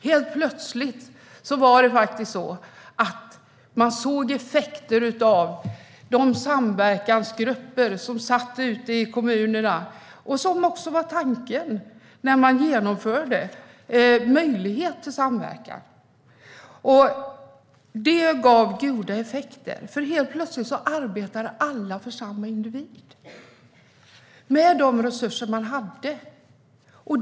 Helt plötsligt såg vi effekter av samverkansgrupperna ute i kommunerna, som också var tanken när möjligheten till samverkan genomfördes. Det gav goda effekter, för helt plötsligt arbetade alla för samma individ med de resurser man hade.